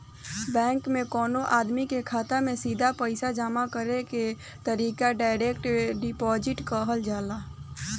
bank में कवनो आदमी के खाता में सीधा पईसा जामा करे के तरीका डायरेक्ट डिपॉजिट कहल जाला